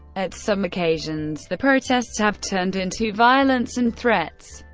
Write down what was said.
at some occasions, the protests have turned into violence and threats.